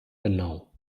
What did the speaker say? genau